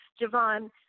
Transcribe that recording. Javon